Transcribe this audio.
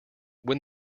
when